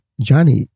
Johnny